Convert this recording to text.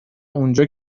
اونجا